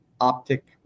Optic